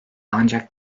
ancak